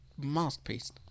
Masterpiece